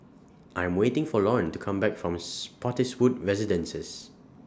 I Am waiting For Lorne to Come Back from Spottiswoode Residences